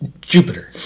Jupiter